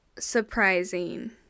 surprising